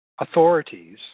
authorities